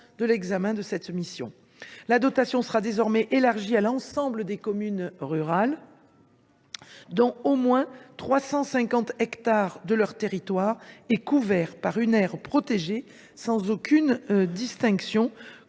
aux crédits de cette mission. Cette dotation sera désormais élargie à toutes les communes rurales dont au moins 350 hectares de leur territoire sont couverts par une aire protégée sans aucune distinction,